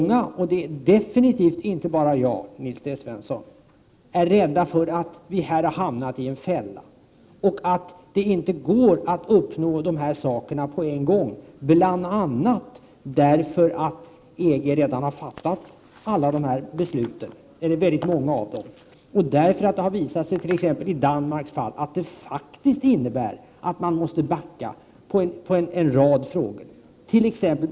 Inte bara jag utan många andra är rädda för att vi här har hamnat i en fälla och att det inte går att uppnå dessa mål på en gång, bl.a. därför att EG redan har fattat många av dessa beslut. I Danmarks fall har det visat sig att det faktisk innebär att man måste backa på en rad områden.